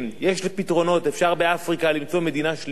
אפשר למצוא מדינה שלישית באפריקה,